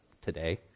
today